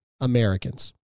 Americans